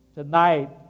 Tonight